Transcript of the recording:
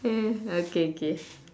hmm okay k